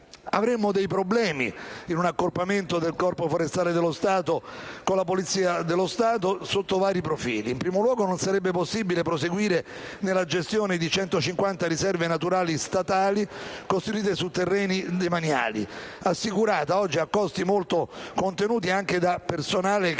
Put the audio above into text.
poi dei problemi nell'accorpamento del Corpo forestale dello Stato con la Polizia, sotto vari profili. In primo luogo, non sarebbe possibile proseguire nella gestione delle 150 riserve naturali statali, costruite su terreni demaniali, assicurata oggi, a costi molto contenuti, anche da personale gestito